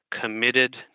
committed